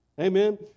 Amen